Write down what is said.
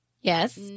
Yes